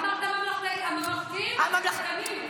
אמרת "הממלכתיים", "הצקצקנים".